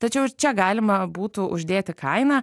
tačiau ir čia galima būtų uždėti kainą